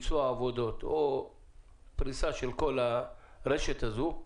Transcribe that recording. ביצוע העבודות או פריסה של כל הרשת הזאת,